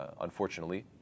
unfortunately